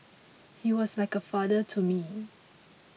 he was like a father to me